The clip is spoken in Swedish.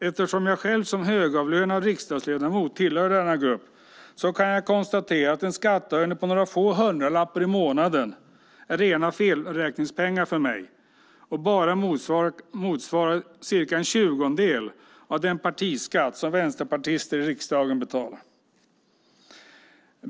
Eftersom jag själv som högavlönad riksdagsledamot tillhör denna grupp kan jag konstatera att en skattehöjning på några få hundralappar i månaden är rena felräkningspengar för mig och bara motsvarar cirka en tjugondel av den partiskatt som vänsterpartister i riksdagen betalar.